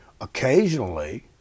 Occasionally